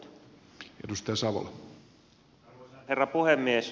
arvoisa herra puhemies